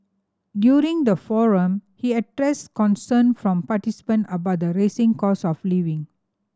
during the forum he addressed concern from participant about the rising cost of living